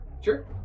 Sure